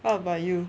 what about you